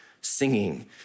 singing